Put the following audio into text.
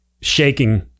Shaking